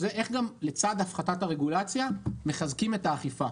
איך גם לצד הפחתת הרגולציה מחזקים את האכיפה.